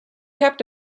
kept